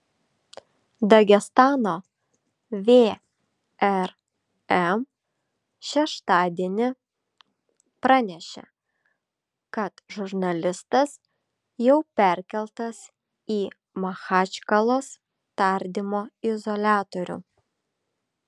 dagestano vrm šeštadienį pranešė kad žurnalistas jau perkeltas į machačkalos tardymo izoliatorių